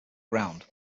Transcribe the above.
ground